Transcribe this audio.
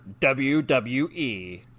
WWE